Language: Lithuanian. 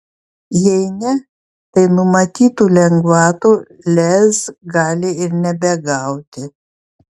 jei ne tai numatytų lengvatų lez gali ir nebegauti